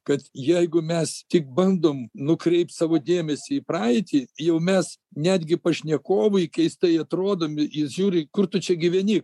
kad jeigu mes tik bandom nukreipt savo dėmesį į praeitį jau mes netgi pašnekovui keistai atrodome jis žiūri kur tu čia gyveni